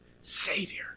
savior